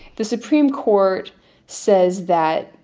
the supreme court says that,